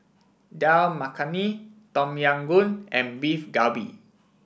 Dal Makhani Tom Yam Goong and Beef Galbi